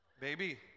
Baby